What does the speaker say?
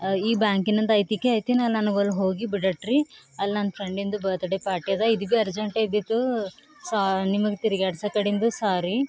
ಈ ಬ್ಯಾಂಕಿನಂದ ಅಯ್ತಿ ಕೆ ಅಯ್ತಿ ನನಗೆ ಅಲ್ಲಿ ಹೋಗಿ ಬಿಡ್ರಿ ಅಲ್ಲಿ ನನ್ನ ಫ್ರೆಂಡಿಂದು ಬರ್ತಡೇ ಪಾರ್ಟಿ ಅದ ಇದು ಭೀ ಅರ್ಜೆಂಟೆ ಇದ್ದಿತ್ತು ಸೊ ನಿಮಗೆ ತಿರ್ಗ್ಯಾಡ್ಸೋ ಕಡಿಂದು ಸಾರಿ